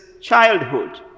childhood